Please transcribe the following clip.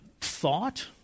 thought